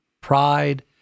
pride